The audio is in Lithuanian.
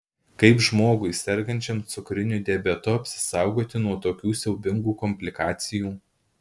kaip žmogui sergančiam cukriniu diabetu apsisaugoti nuo tokių siaubingų komplikacijų